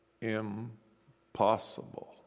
impossible